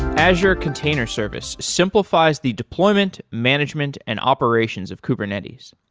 azure container service simplifies the deployment, management and operations of kubernetes.